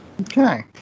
Okay